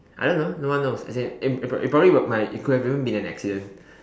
I don't know no one knows as in it it probably would have might it could have even been an accident